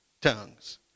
tongues